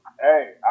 Hey